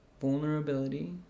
vulnerability